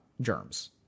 germs